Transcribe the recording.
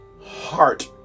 heart